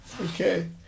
Okay